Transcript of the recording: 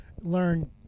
learn